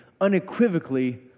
unequivocally